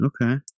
okay